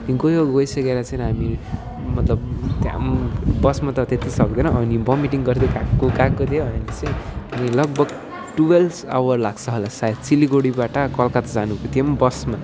अनि गयो गइसकेर चाहिँ हामी मतलब त्यहाँ बसमा त त्यति सक्दैन अनि बमिटिङ गर्दै गएको गएको थियो अनि चाहिँ अनि लगभग टुवेल्भ्स आवर लाग्छहोला सायद सिलिगुडीबाट कलकत्ता जानु त्यो पनि बसमा